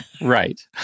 Right